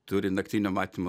turi naktinio matymo